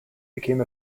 became